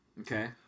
Okay